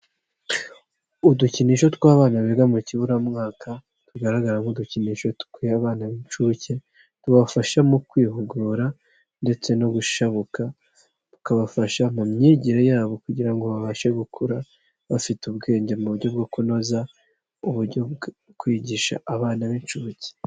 Udukinisho tw'abana biga mu kiburamwaka tugaragara nk'udukinisho tw'abana b'inshuke tubafasha mu kwihugura ndetse no gushabuka tukabafasha mu myigire yabo kugira ngo babashe gukura bafite ubwenge mu buryo bwo kunoza uburyo bwo kwigisha abana b'inshuke.